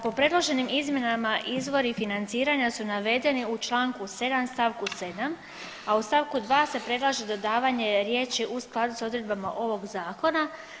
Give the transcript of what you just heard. Po predloženim izmjenama izvori financiranja su navedeni u Članku 7. stavku 7., a u stavku 2. se predlaže dodavanje riječi: „u skladu s odredbama ovog zakona“